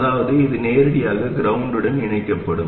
அதாவது இது நேரடியாக க்ரௌண்டுடன் இணைக்கப்படும்